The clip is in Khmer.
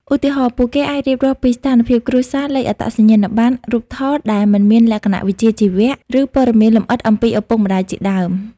ឧទាហរណ៍ ពួកគេអាចរៀបរាប់ពីស្ថានភាពគ្រួសារ លេខអត្តសញ្ញាណប័ណ្ណ រូបថតដែលមិនមានលក្ខណៈវិជ្ជាជីវៈ ឬព័ត៌មានលម្អិតអំពីឪពុកម្តាយជាដើម។